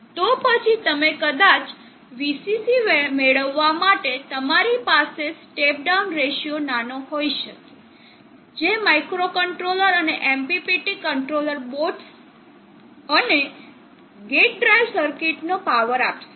તો પછી તમે કદાચ Vcc મેળવવા માટે તમારી પાસે સ્ટેપ ડાઉન રેશિયો નાનો હોય શકે જે માઇક્રોકન્ટ્રોલર અને MPPT કંટ્રોલર બોર્ડસ અને ગેટ ડ્રાઇવર સર્કિટનો પાવર આપશે